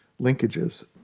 linkages